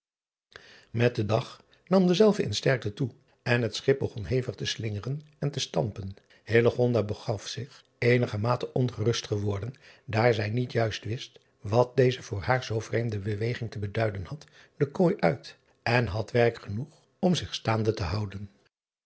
et den dag nam dezelve in sterkte toe en het driaan oosjes zn et leven van illegonda uisman schip begon hevig te slingeren en te stampen begaf zich eenigermate ongerust geworden daar zij niet juist wist wat deze voor haar zoo vreemde beweging te beduiden had de kooi uit en had werk genoeg om zich staande te houden